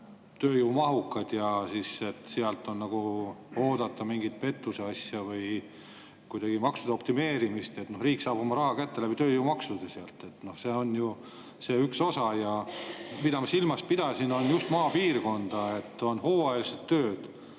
tööjõumahukas, ja sealt on nagu oodata mingit pettuse asja või kuidagi maksude optimeerimist. Riik saab sealt oma raha kätte tööjõumaksude kaudu. See on ju see üks osa. Ja mida ma silmas pidasin, on just maapiirkond ja hooajalised tööd.